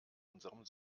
unserem